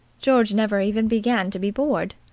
george never even began to be bored.